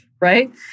Right